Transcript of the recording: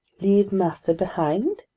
leave master behind?